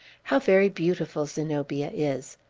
how very beautiful zenobia is!